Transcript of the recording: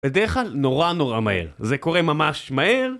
בדרך כלל נורא נורא מהר, זה קורה ממש מהר